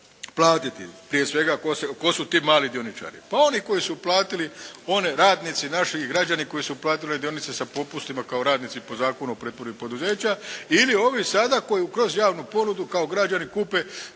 platiti. Prije svega tko su ti mali dioničari? Pa oni koji su uplatili, oni radnici naši i građani koji su uplatili one dionice sa popustima kao radnici po Zakonu o pretvorbi poduzeća ili ovi sada koji kroz javnu ponudu kao građani kupe